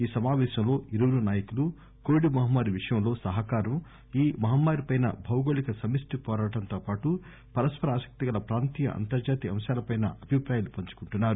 ఈ సమాపేశంలో ఇరువురు నాయకులు కోవిడ్ మహమ్మారి విషయంలో సహకారంఈ మహమ్మారిపై భౌగోళిక సమిష్టి వోరాటంతో పాటు పరస్సర ఆసక్తిగల ప్రాంతీయ అంతర్జాతీయ అంశాలపై అభిప్రాయాలు పంచుకుంటున్నారు